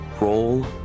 Roll